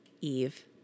Eve